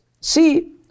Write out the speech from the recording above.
see